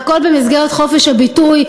זה הכול במסגרת חופש הביטוי,